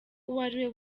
uwariwe